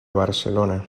barcelona